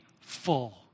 full